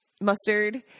mustard